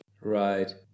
Right